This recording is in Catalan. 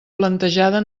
plantejada